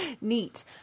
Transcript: Neat